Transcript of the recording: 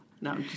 No